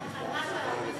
על מה ההצבעה?